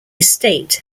estate